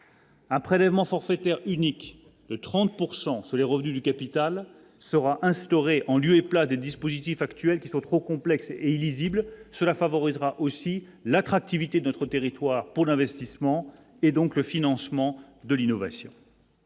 Un prélèvement forfaitaire unique de 30 pourcent sur sur les revenus du capital sera instaurée en lieu et place des dispositifs actuels qui sont trop complexe et illisible, cela favorisera aussi l'attractivité d'autres territoires pour l'investissement et donc le financement de l'innovation.